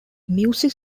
music